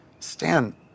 Stan